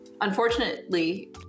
unfortunately